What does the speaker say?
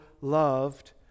loved